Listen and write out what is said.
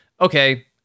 Okay